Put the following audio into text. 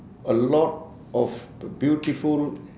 a lot of b~ beautiful